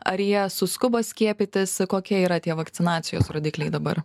ar jie suskubo skiepytis kokie yra tie vakcinacijos rodikliai dabar